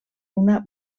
una